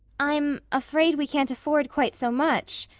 i'm afraid we can't afford quite so much,